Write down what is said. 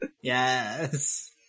Yes